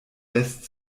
lässt